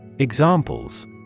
Examples